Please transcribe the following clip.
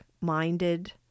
minded